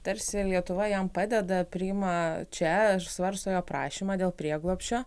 tarsi lietuva jam padeda priima čia svarstome prašymą dėl prieglobsčio